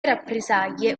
rappresaglie